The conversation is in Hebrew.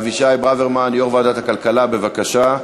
אבישי ברוורמן, יושב-ראש ועדת הכלכלה, בבקשה,